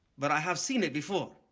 but i have seen it before.